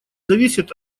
зависит